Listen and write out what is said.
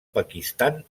pakistan